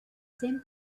same